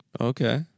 Okay